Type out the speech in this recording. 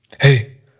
Hey